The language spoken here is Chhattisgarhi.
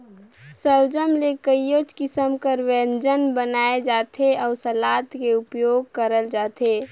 सलजम ले कइयो किसिम कर ब्यंजन बनाल जाथे अउ सलाद में उपियोग करल जाथे